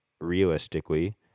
realistically